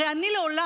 הרי אני לעולם